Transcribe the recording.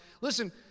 Listen